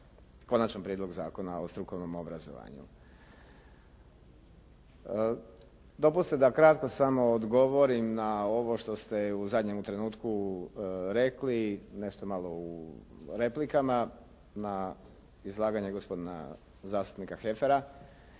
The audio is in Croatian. Konačan prijedlog zakona o strukovnom obrazovanju. Dopustite da kratko samo odgovorim na ovo što ste u zadnjem trenutku rekli, nešto malo u replikama na izlaganje gospodina zastupnika Heffera.